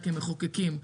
המחוקקים,